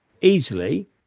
easily